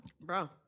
Bro